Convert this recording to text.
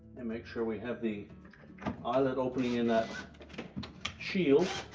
and make sure we have the eyelid opening in that shield